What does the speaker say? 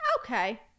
okay